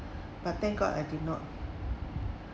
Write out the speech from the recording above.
but thank god I did not